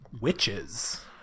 Witches